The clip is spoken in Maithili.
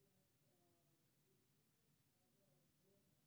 बचत खाता अल्पकालीन अथवा आपातकालीन नकदी लेल बढ़िया विकल्प छियै